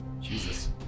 jesus